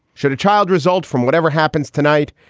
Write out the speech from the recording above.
should a child result from whatever happens tonight,